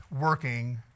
working